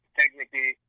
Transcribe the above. technically